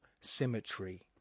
symmetry